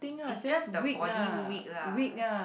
is just the body weak lah